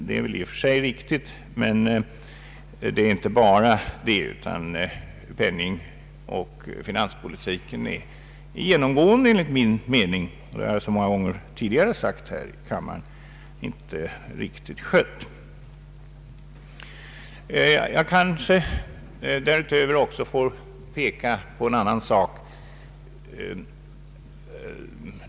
Detta är i och för sig riktigt, men det är inte hela sanningen, ty penningoch kreditpolitiken är enligt min mening, som jag så många gånger tidigare sagt här i kammaren, genomgående inte riktigt skött. Därutöver vill jag också peka på en annan sak.